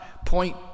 point